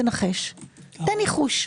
תן ניחוש.